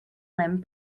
limb